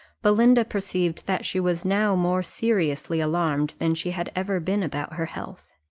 belinda perceived that she was now more seriously alarmed than she had ever been about her health.